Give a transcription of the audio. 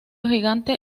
gigante